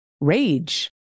rage